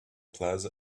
plaza